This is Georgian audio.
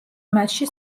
მასში